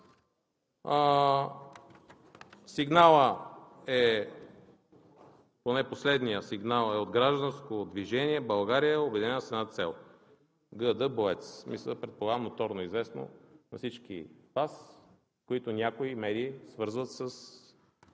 Сигналът, поне последният сигнал, е от Гражданско движение „България, обединена с една цел“ – ГД БОЕЦ, предполагам е ноторно известно на всички Вас, които някои медии свързват с